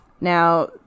Now